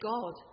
God